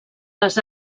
les